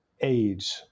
age